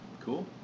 Cool